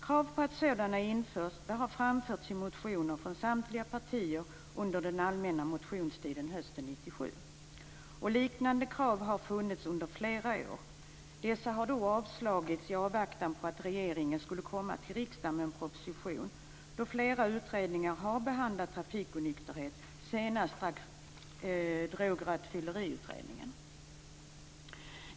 Krav på att sådana införs har framförts i motioner från samtliga partier under den allmänna motionstiden hösten 1997. Liknande krav har funnits under flera år. Dessa har avslagits i avvaktan på att regeringen skulle komma till riksdagen med en proposition. Flera utredningar har behandlat trafikonykterhet - senast Drograttfylleriutredningen.